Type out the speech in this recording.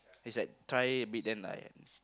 is like try beat them like